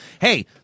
Hey